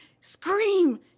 scream